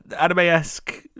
anime-esque